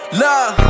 love